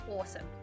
awesome